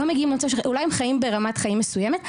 לא מצליחים להגיע למצב ואולי הם חיים ברמת חיים מסוימת,